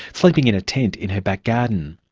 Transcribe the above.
sleeping in a tent in her back garden.